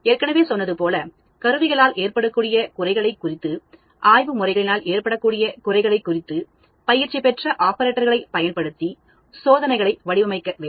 ஏற்கனவே சொன்னது போல கருவிகளால் ஏற்படக்கூடிய குறைகளை குறித்து ஆய்வு முறைகளினால் ஏற்படக்கூடிய கூரைகளை குறித்து பயிற்சி பெற்ற ஆபரேட்டர்களை பயன்படுத்தி சோதனைகளை வடிவமைக்க வேண்டும்